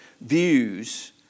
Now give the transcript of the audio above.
views